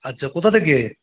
আচ্ছা কোথা থেকে